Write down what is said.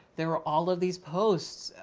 there were all of these posts,